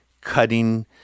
cutting